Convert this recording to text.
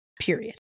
Period